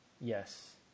Yes